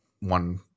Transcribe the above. one